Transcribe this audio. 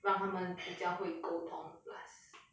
让他们比较会沟通 plus